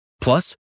Plus